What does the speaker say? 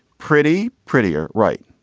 pretty prettier. right.